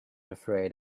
afraid